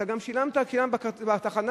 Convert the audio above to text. גם שילמת בתחנה.